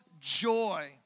joy